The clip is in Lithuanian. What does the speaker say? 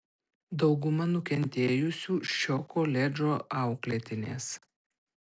dauguma nukentėjusių šio koledžo auklėtinės